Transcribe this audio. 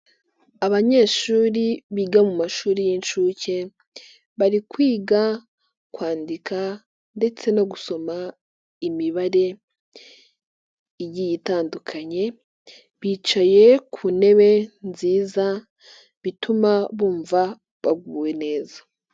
Abanyeshuri biga mu mashuri y'incuke, bari kwiga kwandika ndetse no gusoma imibare igiye itandukanye, bicaye ku ntebe nziza bituma bumva baguwe neza.